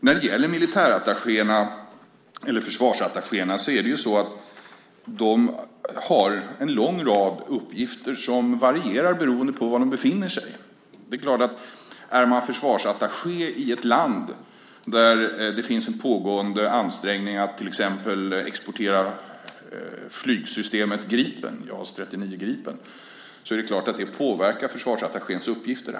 När det gäller militärattachéerna, eller försvarsattachéerna, har de en lång rad uppgifter som varierar beroende på var de befinner sig. Om man är försvarsattaché i ett land där det finns en pågående ansträngning för att till exempel exportera flygsystemet JAS 39 Gripen påverkar det naturligtvis försvarsattachéns uppgifter.